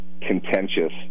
contentious